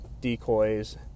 decoys